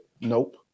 Nope